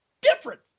different